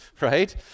right